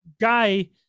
guy